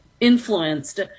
influenced